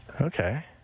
okay